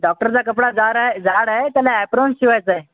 डॉक्टरचा कपडा जारय जाड आहे त्यांना ॲपरॉन शिवायचा आहे